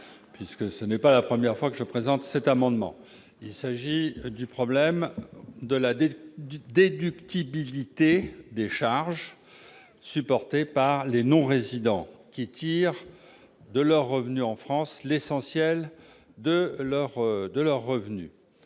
effet, ce n'est pas la première fois que je présente cet amendement. Il s'agit du problème de la déductibilité des charges supportées par les non-résidents qui tirent de leurs revenus en France l'essentiel de leurs ressources.